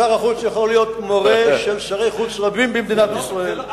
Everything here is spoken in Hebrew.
שר החוץ יכול להיות מורה של שרי חוץ רבים במדינת ישראל.